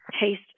taste